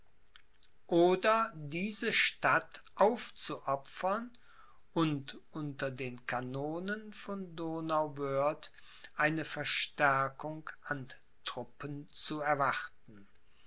oder diese stadt aufzuopfern und unter den kanonen von donauwörth eine verstärkung an truppen zu erwarten